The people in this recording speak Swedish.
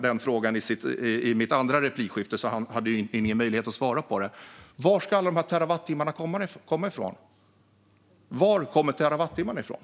Det var i min andra replik till honom, så han hade ingen möjlighet att svara på frågan. Det handlar om en "liten detalj": Varifrån ska alla dessa terawattimmar komma?